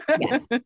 Yes